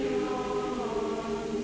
who